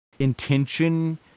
Intention